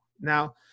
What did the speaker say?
Now